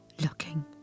Looking